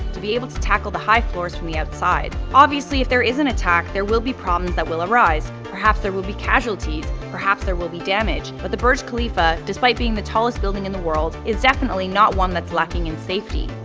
to be able to tackle the high floors from the outside. obviously if there is an attack, there will be problems that will arise, perhaps there will be casualties perhaps there will be damage, but the burj khalifa, despite being the tallest building in the world, is definitely not one that's lacking in safety.